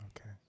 okay